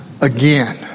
again